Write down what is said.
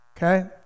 Okay